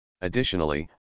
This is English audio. Additionally